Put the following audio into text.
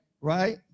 right